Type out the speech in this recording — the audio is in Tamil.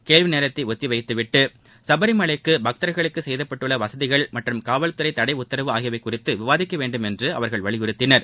கேள்வி நேரத்தை ஒத்தி வைத்துவிட்டு சபரிமலையில் பக்தர்களுக்கு செய்துதரப்பட்டுள்ள வசதிகள் மற்றும் காவல்துறை தடை உத்தரவு ஆகியவை குறித்து விவாதிக்க வேண்டும் என்று அவர்கள் வலியுறுத்தினர்